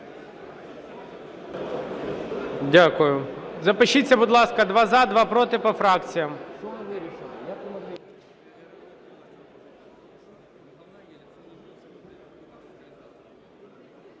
Дякую. Запишіться, будь ласка: два – за, два – проти по фракціям.